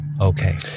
Okay